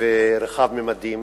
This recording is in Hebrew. ורחב ממדים,